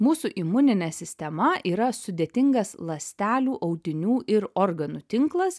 mūsų imuninė sistema yra sudėtingas ląstelių audinių ir organų tinklas